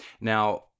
Now